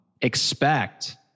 expect